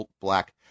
Black